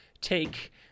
take